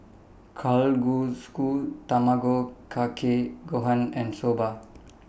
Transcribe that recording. Kalguksu Tamago Kake Gohan and Soba